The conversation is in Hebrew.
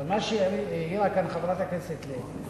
אבל מה שהעירה כאן חברת הכנסת לוי,